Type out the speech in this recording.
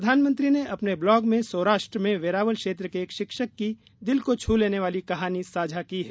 प्रधानमंत्री ने अपने ब्लॉग में सौराष्ट्र में वेरावल क्षेत्र के एक शिक्षक की दिल को छू लेने वाली कहानी साझा की है